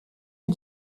aux